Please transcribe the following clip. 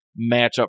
matchup